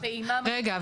רגע,